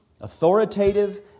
authoritative